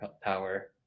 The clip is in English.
power